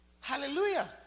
Hallelujah